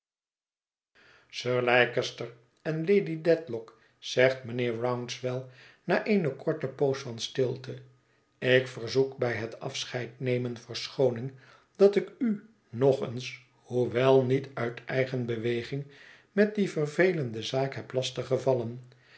sir leicester en lady dedlock zegt mijnheer rouncewell na eene korte poos van stilte ik verzoek bij het afscheidnemen verschooning dat ik u nog eens hoewel niet uit eigene beweging met die vervelende zaak heb